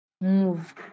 move